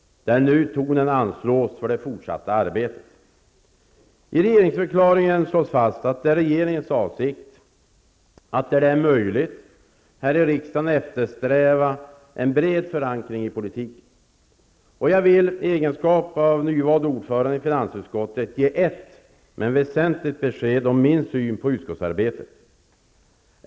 Nu anslås tonen för det fortsatta arbetet. I regeringsförklaringen slås fast att det är regeringens avsikt att, där så är möjligt, här i riksdagen eftersträva en bred förankring av politiken. Jag vill -- i egenskap av nyvald ordförande i finansutskottet -- ge ett, men väsentligt, besked om min syn på utskottsarbetet.